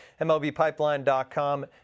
MLBpipeline.com